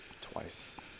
Twice